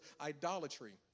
idolatry